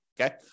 okay